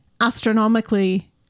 astronomically